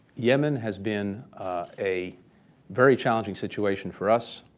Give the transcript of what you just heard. yemen has been a very challenging situation for us,